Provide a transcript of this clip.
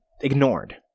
ignored